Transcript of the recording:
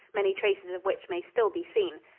many traces of which may still be seen.